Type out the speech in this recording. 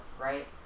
right